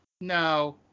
No